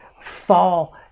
fall